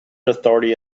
authority